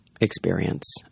experience